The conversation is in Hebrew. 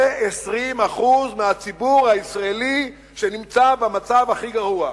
זה 20% מהציבור הישראלי שנמצא במצב הכי גרוע.